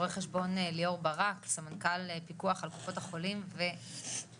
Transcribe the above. רו"ח ליאור ברק סמנכ"ל פיקוח על קופות החולים ושב"ן.